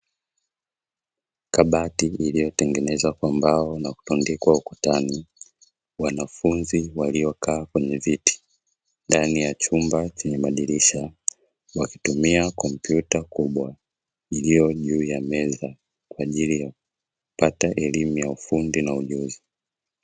Kabati iliyotengenezwa kwa mbao na kutundikwa ukutani, wanafunzi waliokaa kwenye viti, ndani ya chumba chenye madirisha wakitumia kompyuta kubwa iliyo juu ya meza, kwa ajili yakupata elimu ya ufundi na ujuzi.